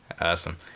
Awesome